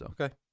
Okay